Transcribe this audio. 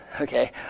Okay